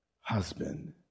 husband